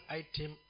item